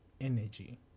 energy